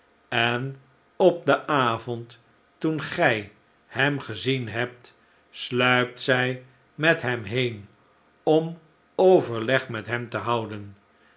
en op den avond toen gij hem gezien hebt sluipt zij met hem heen om overleg met hem te houden